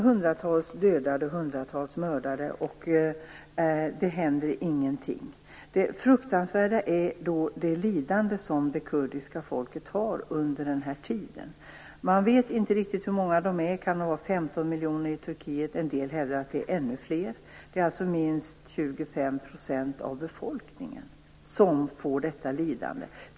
Hundratals har mördats och ingenting händer. Det fruktansvärda är det lidande det kurdiska folket drabbats av under den här tiden. Man vet inte riktigt hur många kurder det finns i Turkiet. Det kan röra sig om 15 miljoner människor. En del hävdar att de är ännu fler. Det är alltså minst 25 % av befolkningen som får utstå detta lidande.